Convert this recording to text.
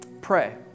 pray